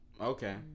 Okay